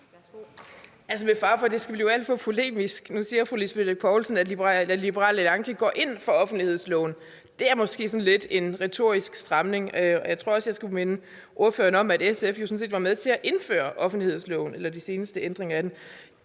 Altså, med fare for, at det skal blive alt for polemisk: Nu siger fru Lisbeth Bech Poulsen, at Liberal Alliance går ind for offentlighedsloven, og det er måske sådan lidt en retorisk stramning. Jeg tror også, jeg skal minde fru Lisbeth Bech Poulsen om, at SF sådan set var med til at indføre offentlighedsloven eller de seneste ændringer af den.